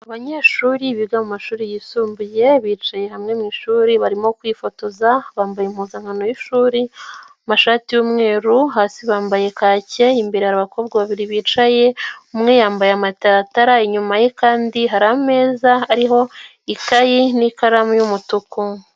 Abanyeshuri biga mumashuri yisumbuye bicaye hamwe mwi ishuri barimo kwifotoza, bambaye impuzankano y'ishuri, amashati y'umweru hasi bambaye kacye, imbere abakobwa babiri bicaye umwe yambaye amataratara, inyuma ye kandi hari ameza hariho ikayi n'ikaramu y'umutuku.